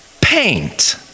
paint